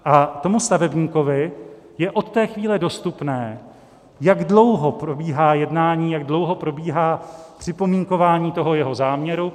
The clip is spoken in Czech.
A tomu stavebníkovi je od té chvíle dostupné, jak dlouho probíhá jednání, jak dlouho probíhá připomínkování jeho záměru.